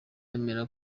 emera